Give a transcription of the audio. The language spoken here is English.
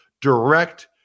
direct